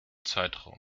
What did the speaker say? zeitraum